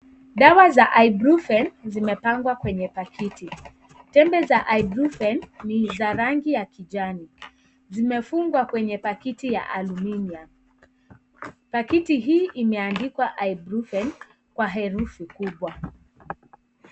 Dawa za ibrufen zimepagwa kwenye paketi, tembe za ibrufen ni za rangi ya kijani ,na zimefungwa kwa paketi ya aluminium .Paketi hii imeandikwa 'IBRUPROFEN' kwa herufi kubwa.